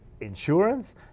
insurance